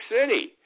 City